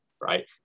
right